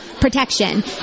protection